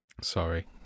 Sorry